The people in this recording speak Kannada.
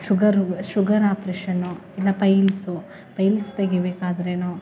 ಶುಗರು ಶುಗರ್ ಆಪ್ರೇಷನ್ನು ಇಲ್ಲ ಪೈಲ್ಸು ಪೈಲ್ಸ್ ತೆಗಿಬೇಕಾದರೇನೋ